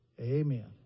Amen